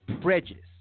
prejudice